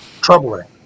troubling